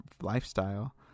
lifestyle